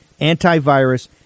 antivirus